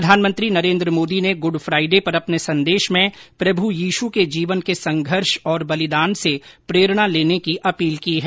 प्रधानमंत्री नरेन्द्र मोदी ने Good Friday पर अपने संदेश में प्रभु यीशू के जीवन के संघर्ष और बलिदान से प्रेरणा लेने की अपील की है